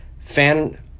fan-